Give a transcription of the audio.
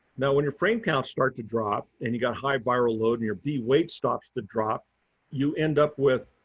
now, when your frame counts start to drop and you got high viral load in your bee weight starts to drop you end up with,